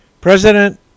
President